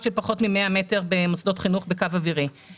של פחות מ-100 מטר בקו אווירי ממוסדות חינוך.